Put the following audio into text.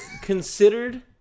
considered